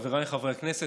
חבריי חברי הכנסת,